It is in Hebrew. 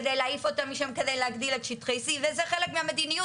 כדי להעיף אותם משם כדי להגדיל את שטחי C. וזה חלק מהמדיניות,